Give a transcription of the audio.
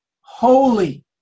holy